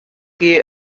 chi